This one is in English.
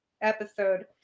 episode